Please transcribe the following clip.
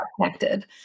connected